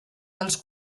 dels